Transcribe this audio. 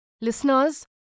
Listeners